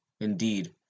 indeed